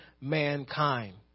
mankind